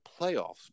playoffs